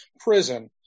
prison